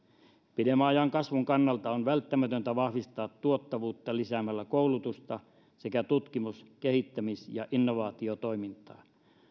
pidemmän ajan kasvun kannalta on välttämätöntä vahvistaa tuottavuutta lisäämällä koulutusta sekä tutkimus kehittämis ja innovaatiotoimintaa